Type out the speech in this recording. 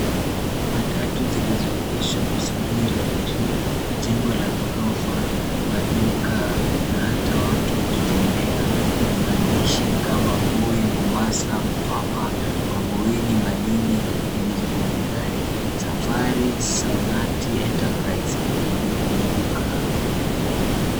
Matatu zilizoegeshwa kusubiri abiria, jengo la ghorofa, maduka na hata watu wakitembea na maandishi kama Voi, Mombasa, Mtwapa, Mavueni, Malindi, zilizokwenye gari Safari Zahanati Entreprise iliyo kwenye duka.